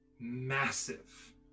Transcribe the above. massive